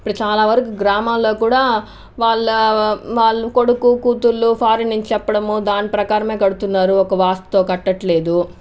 ఇప్పుడు చాలా వరకు గ్రామాల్లో కూడా వాళ్ళ వాళ్ళు కొడుకు కూతుళ్లు ఫారిన్ నుంచి చెప్పడము దాని ప్రకారమే కడుతున్నారు ఒక వాస్తు కట్టట్లేదు